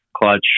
clutch